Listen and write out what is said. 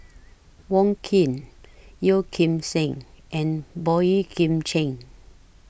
Wong Keen Yeo Kim Seng and Boey Kim Cheng